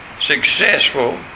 successful